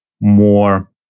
more